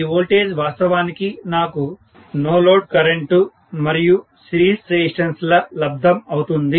ఈ వోల్టేజ్ వాస్తవానికి నాకు నో లోడ్ కరెంటు మరియు సిరీస్ రెసిస్టెన్స్ ల లబ్దం అవుతుంది